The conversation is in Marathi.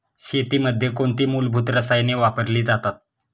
शेतीमध्ये कोणती मूलभूत रसायने वापरली जातात?